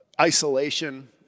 isolation